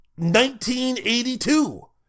1982